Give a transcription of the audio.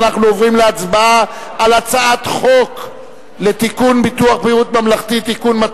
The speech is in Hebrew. אנחנו מצביעים על הצעת חוק ביטוח בריאות ממלכתי (תיקון,